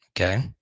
Okay